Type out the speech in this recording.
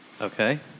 Okay